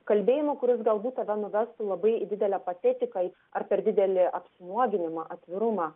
kalbėjimo kuris galbūt tave nuvestų į labai didelę patetiką į ar per didelį apnuoginimą atvirumą